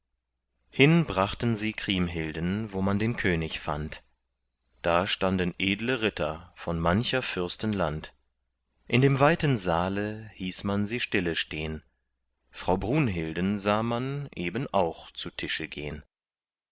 hin brachten sie kriemhilden wo man den könig fand da standen edle ritter von mancher fürsten land in dem weiten saale hieß man sie stille stehn frau brunhilden sah man eben auch zu tische gehn